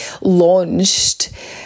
launched